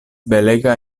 belega